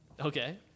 Okay